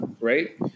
right